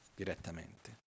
direttamente